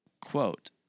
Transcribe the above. quote